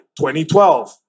2012